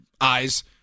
eyes